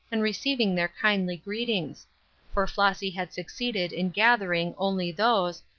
and receiving their kindly greetings for flossy had succeeded in gathering only those,